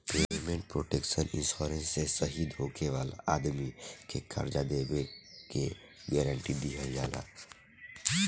payment protection insurance से शहीद होखे वाला आदमी के कर्जा देबे के गारंटी दीहल जाला